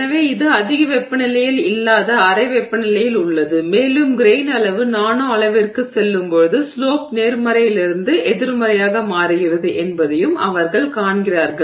எனவே இது அதிக வெப்பநிலையில் இல்லாத அறை வெப்பநிலையில் உள்ளது மேலும் கிரெய்ன் அளவு நானோ அளவிற்குச் செல்லும்போது ஸ்லோப் நேர்மறையிலிருந்து எதிர்மறையாக மாறுகிறது என்பதையும் அவர்கள் காண்கிறார்கள்